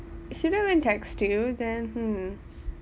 she didn't even text you then hmm